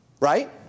Right